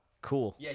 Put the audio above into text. Cool